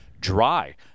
dry